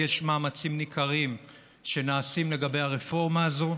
יש מאמצים ניכרים שנעשים לגבי הרפורמה הזאת,